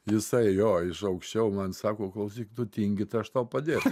jisai jo iš aukščiau man sako klausyk tu tingi tai aš tau padėsiu